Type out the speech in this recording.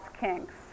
kinks